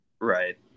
Right